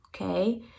okay